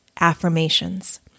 affirmations